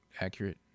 accurate